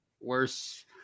worse